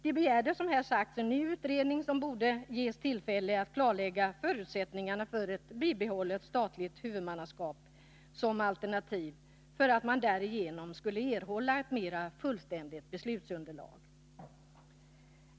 De begärde, som jag sagt, en ny utredning, som borde ges tillfälle att klarlägga förutsättningarna för ett bibehållet statligt huvudmanaskap som alternativ, för att man därigenom skulle erhålla ett mera fullständigt beslutsunderlag.